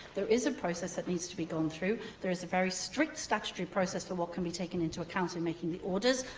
there is a process that needs to be gone through. there is a very strict statutory process for what can be taken into account in making the orders.